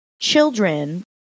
children